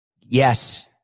Yes